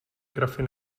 grafy